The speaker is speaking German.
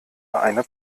eine